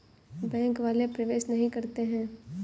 Bank वाले प्रवेश नहीं करते हैं?